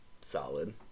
solid